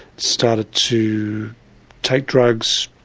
started to take drugs,